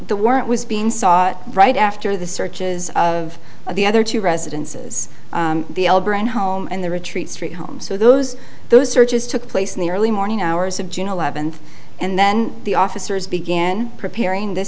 the weren't was being sought right after the searches of the other two residences the home and the retreat straight home so those those searches took place in the early morning hours of june eleventh and then the officers began preparing th